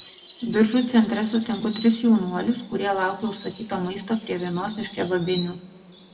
biržų centre sutinku tris jaunuolius kurie laukia užsakyto maisto prie vienos iš kebabinių